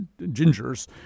gingers